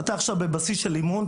אתה עכשיו בבסיס של אמון,